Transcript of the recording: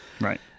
Right